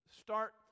Start